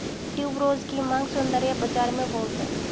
tuberose की मांग सौंदर्य बाज़ार में बहुत है